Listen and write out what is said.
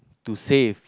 to save